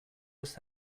just